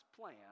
plan